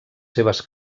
seves